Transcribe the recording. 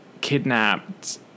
kidnapped